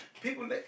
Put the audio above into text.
people